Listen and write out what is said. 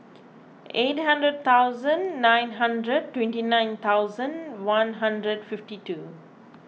eight hundred thousand nine hundred twenty nine thousand one hundred fifty two